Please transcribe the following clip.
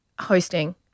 hosting